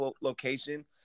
location